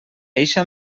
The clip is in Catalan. eixa